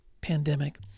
pandemic